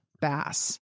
Bass